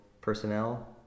personnel